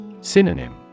Synonym